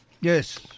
Yes